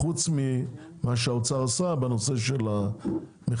חוץ ממה שהאוצר עשה בנושא של המכסים.